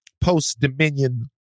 post-Dominion